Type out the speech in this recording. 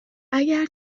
اگر